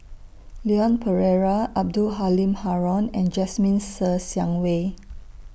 Leon Perera Abdul Halim Haron and Jasmine Ser Xiang Wei